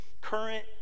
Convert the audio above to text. current